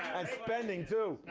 and spending, too.